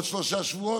עוד שלושה שבועות.